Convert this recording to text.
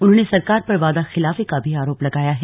उन्होंने सरकार पर वादाखिलाफी का भी आरोप लगाया है